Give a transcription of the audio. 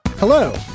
Hello